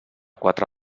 quatre